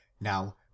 Now